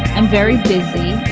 am very busy. yeah,